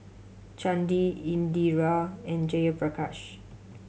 Chandi Indira and Jayaprakash